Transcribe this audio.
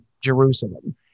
Jerusalem